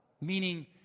Meaning